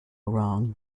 wrong